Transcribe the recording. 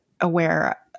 aware